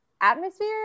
atmosphere